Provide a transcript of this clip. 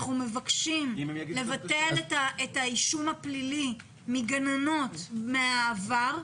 אנחנו מבקשים לבטל את האישום הפלילי לגננות מהעבר.